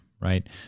right